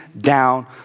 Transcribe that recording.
down